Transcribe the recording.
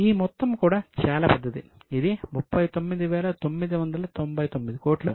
ఈ మొత్తం కూడా చాలా పెద్దది ఇది 39999 కోట్లు